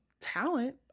talent